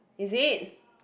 is it